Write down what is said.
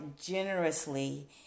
generously